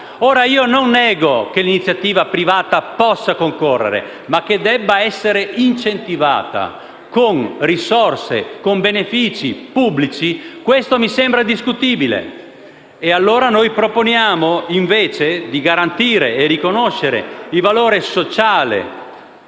Ora, non nego che l'iniziativa privata possa concorrere, ma che debba essere incentivata con risorse e benefici pubblici mi sembra discutibile. Proponiamo allora, con l'emendamento 2.204, di garantire e riconoscere il valore sociale